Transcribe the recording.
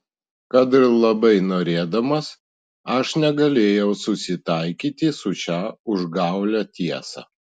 kad ir labai norėdamas aš negalėjau susitaikyti su šia užgaulia tiesa